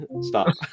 Stop